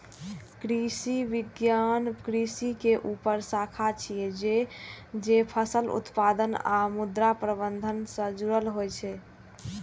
कृषि विज्ञान कृषि के ऊ शाखा छियै, जे फसल उत्पादन आ मृदा प्रबंधन सं जुड़ल होइ छै